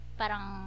parang